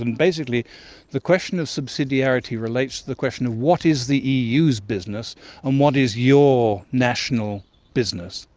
and basically the question of subsidiarity relates to the question of what is the eu's business and what is your national business,